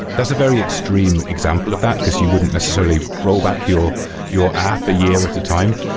that's a very extreme example of that, because you wouldn't necessarily roll back your your app a year at a time.